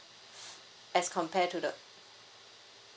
as compare to the